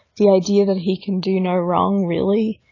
the idea that he can do no wrong, really?